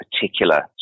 particular